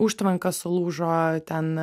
užtvanka sulūžo ten